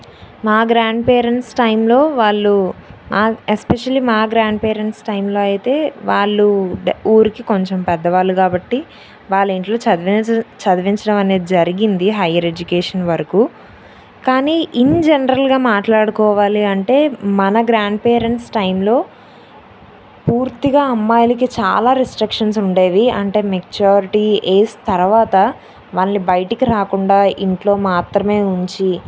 మా grandparents టైంలో వాళ్ళు ఎస్స్పెషల్లి మా గ్రాండ్ పేరెంట్స్ టైంలో అయితే వాళ్ళు ఊరికి కొంచెం పెద్దవాళ్ళు కాబట్టి వాళ్ళ ఇంట్లో చదివింజు చదివించడం అనేది జరిగింది హైయర్ ఎడ్యుకేషన్ వరకు కానీ ఇన్ జనరల్గా మాట్లాడుకోవాలి అంటే మన గ్రాండ్ పేరెంట్స్ టైంలో పూర్తిగా అమ్మాయిలకు చాలా రిస్ట్రిక్షన్స్ ఉండేవి అంటే మెచ్యురిటీ ఏజ్ తర్వాత వాళ్ళని బయటికి రాకుండా ఇంట్లో మాత్రమే ఉంచి